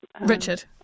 Richard